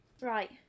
Right